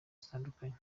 zitandukanye